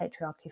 patriarchy